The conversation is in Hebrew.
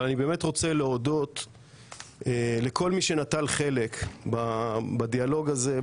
אבל אני באמת רוצה להודות לכל מי שנטל חלק בדיאלוג הזה,